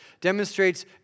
demonstrates